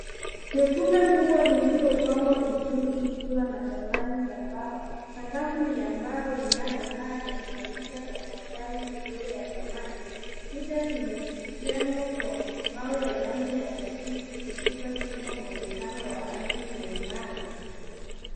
Sebule kubwa lililopangwa vizuri likiwa na samani za mbao, sakafu ni ya mbao inayongaa na kuonyesha tafakari kidogo ya samani. Kuta zimejengwa kwa mawe ya rangi ya kijivu zikipa chumba mwonekano wa asili na imara.